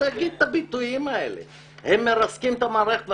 הביטויים האלה מרסקים את המערכת.